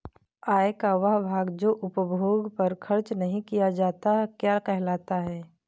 आय का वह भाग जो उपभोग पर खर्च नही किया जाता क्या कहलाता है?